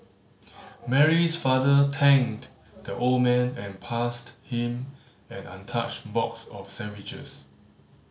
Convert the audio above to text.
Mary's father thanked the old man and passed him an untouched box of sandwiches